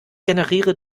generiere